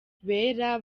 bera